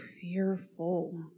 fearful